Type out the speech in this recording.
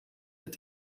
het